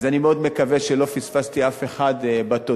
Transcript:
אז אני מאוד מקווה שלא פספסתי אף אחד בתודות.